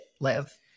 live